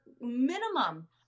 minimum